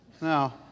No